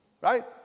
Right